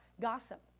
gossip